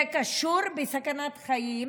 זה קשור בסכנת חיים,